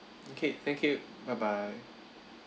okay thank you bye bye